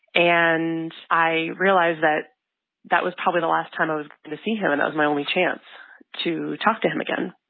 and i realized that that was probably the last time i was going to see him and that was my only chance to talk to him again.